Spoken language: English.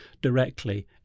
directly